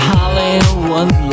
Hollywood